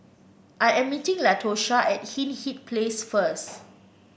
I am meeting Latosha at Hindhede Place first